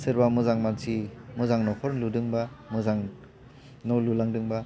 सोरबा मोजां मानसि मोजां न'खर लुदोंबा मोजां न' लुलांदोंबा